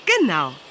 Genau